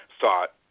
thought